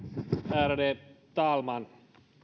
ärade talman